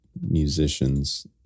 musicians